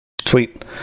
Sweet